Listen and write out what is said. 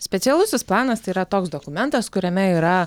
specialusis planas tai yra toks dokumentas kuriame yra